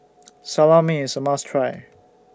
Salami IS A must Try